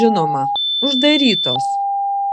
žinoma uždarytos